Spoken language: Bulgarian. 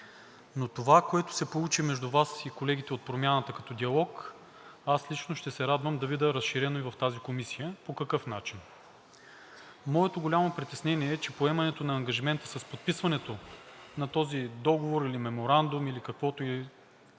но това, което се получи между Вас и колегите от Промяната като диалог, аз лично ще се радвам да видя разширено и в тази комисия. По какъв начин? Моето голямо притеснение е, че поемането на ангажимента с подписването на този договор, или Меморандум, или както и да